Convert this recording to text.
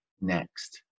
next